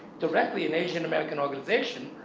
directly an asian american organization,